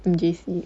in J_C